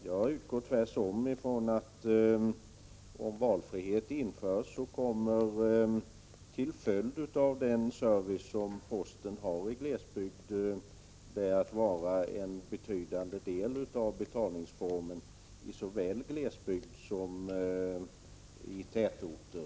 Jag utgår tvärtom från att om valfrihet införs, då kommer posten, till följd av den service som man har i glesbygd, att stå för en betydande del av betalningsuppdragen i såväl glesbygd som tätorter.